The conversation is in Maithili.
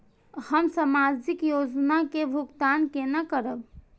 हम सामाजिक योजना के भुगतान केना करब?